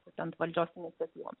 būtent valdžios iniciatyvom